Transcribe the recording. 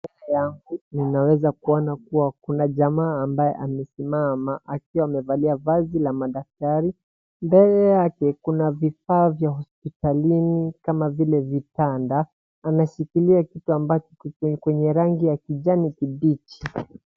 Unaweza kuona kuwa kuna jamaa ambaye amesimama akiwa amevalia vazi la madaktari. Mbele yake kunaa vifaa vya hospitalini kama vile vitanda. Ameshikilia kitu ambacho ni chenye rangi ya kijani kibichi.